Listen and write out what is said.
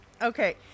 Okay